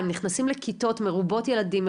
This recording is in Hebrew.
הם נכנסים לכיתות מרובות ילדים,